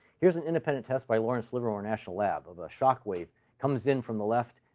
here's an independent test by lawrence livermore national lab of a shock wave comes in from the left,